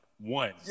One